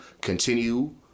continue